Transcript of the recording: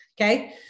Okay